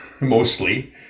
mostly